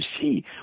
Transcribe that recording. see